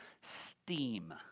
steam